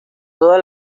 toda